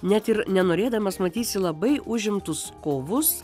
net ir nenorėdamas matysi labai užimtus kovus